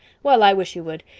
well, i wish you would.